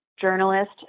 journalist